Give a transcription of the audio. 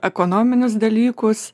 ekonominius dalykus